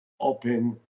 open